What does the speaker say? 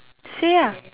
say lah